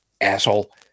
asshole